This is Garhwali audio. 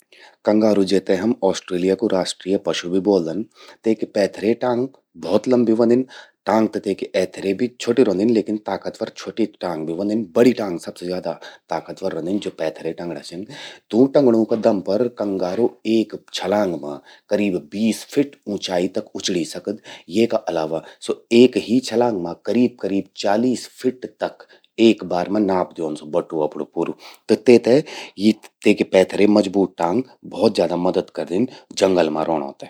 कंगारू, जेते हम ऑस्ट्रेलिया कु राष्ट्रीय पशु भी ब्वोलदन, तेकि पैथरे टांग भौत लंबी ह्वंदिन। टांग त तेकि एथरे भि छ्वेटि रौंदिन लेकिन ताकतवर छ्वोटि टांग भी ह्वोंदिन। बड़ी टांग सबसे ज्यादा ताकतवर रौंदिव ज्वो पैथरे टंगड़ा छिन। तूं टंगड़ूं का दम पर कंगारू एक छलांग मां करीब बीस फीट ऊंचाई तक उचड़ी सकद। येका अलावा स्वो एक ही छलांग मां चालीस फीट तक एक बार मां नाप द्योंद स्वो बटु अपणू पूरू। त तेते यी पैथरे मजबूत टांग भौत ज्यादा मदद करदिन जंगल मां रौंणों ते।